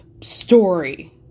story